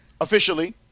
officially